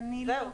למי לא.